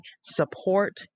support